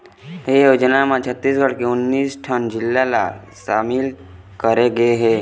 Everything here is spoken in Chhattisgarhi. ए योजना म छत्तीसगढ़ के उन्नीस ठन जिला ल सामिल करे गे हे